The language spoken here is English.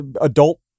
adult